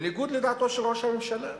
בניגוד לדעתו של ראש הממשלה.